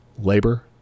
labor